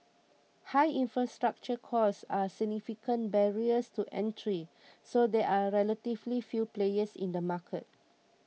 high infrastructure costs are significant barriers to entry so there are relatively few players in the market